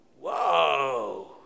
whoa